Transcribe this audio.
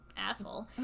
asshole